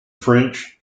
french